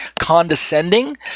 condescending